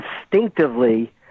instinctively